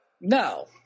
No